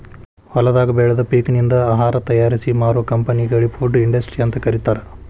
ಹೊಲದಾಗ ಬೆಳದ ಪೇಕನಿಂದ ಆಹಾರ ತಯಾರಿಸಿ ಮಾರೋ ಕಂಪೆನಿಗಳಿ ಫುಡ್ ಇಂಡಸ್ಟ್ರಿ ಅಂತ ಕರೇತಾರ